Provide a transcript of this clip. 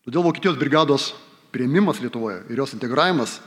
todėl vokietijos brigados priėmimas lietuvoje ir jos integravimas